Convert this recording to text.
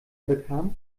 bekam